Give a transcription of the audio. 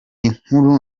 inkuru